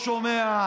שקל.